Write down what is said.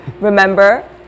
remember